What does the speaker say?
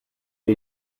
les